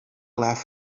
laugh